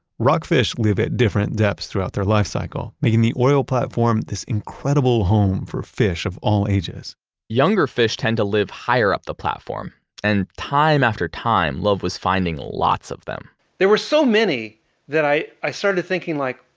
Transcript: rockfish live at different depths throughout their life cycle making the oil platform this incredible home for fish of all ages younger fish tend to live higher up the platform and time after time, love was finding lots of them there were so many that i i started thinking like,